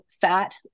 fat